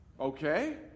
Okay